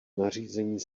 nařízení